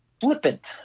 Flippant